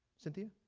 cynthia?